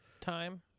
time